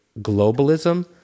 globalism